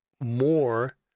more